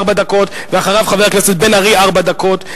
ארבע דקות, ואחריו, חבר הכנסת בן-ארי, ארבע דקות.